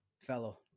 fellow